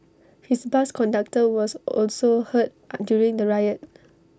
his bus conductor was also hurt on during the riot